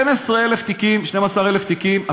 12,000 תיקים,